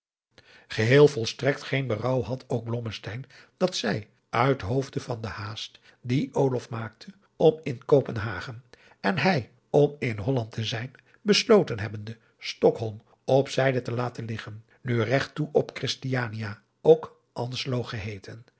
geheel volstrekt geen berouw had ook blommesteyn dat zij uit hoofde van den haast dien olof maakte om in kopenhagen en hij om in holland te zijn besloten hebbende stokholm op zijde te laten liggen nu regt toe op christiania ook anslo geheeten